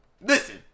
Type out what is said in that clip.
Listen